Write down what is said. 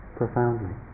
profoundly